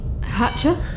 Hatcher